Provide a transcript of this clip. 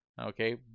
okay